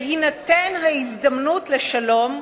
בהינתן ההזדמנות לשלום,